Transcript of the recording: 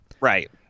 Right